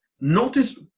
notice